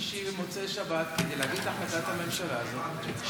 שישי ומוצאי שבת כדי להביא את החלטת הממשלה הזאת,